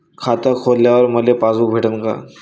खातं खोलल्यावर मले पासबुक भेटन का?